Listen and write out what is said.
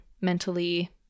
mentally